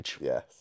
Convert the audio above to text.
Yes